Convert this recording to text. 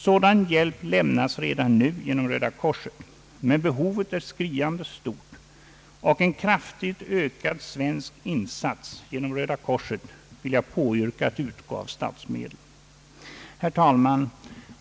Sådan hjälp lämnas redan nu genom Röda korset, men behovet är skriande stort, och en kraftigt ökad svensk insats genom Röda korset vill jag påyrka att utgå från statsmedel. Herr talman!